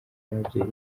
n’ababyeyi